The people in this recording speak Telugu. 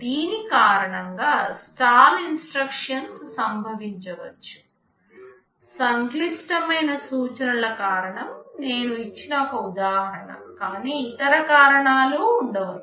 దీని కారణంగా స్టాల్ ఇన్స్ట్రక్షన్స్ సంభవించవచ్చు సంక్లిష్టమైన సూచనల కారణం నేను ఇచ్చిన ఒక ఉదాహరణ కానీ ఇతర కారణాలు ఉండవచ్చు